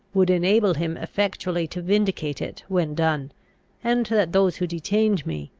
would enable him effectually to vindicate it when done and that those who detained me,